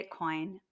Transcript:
Bitcoin